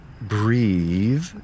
Breathe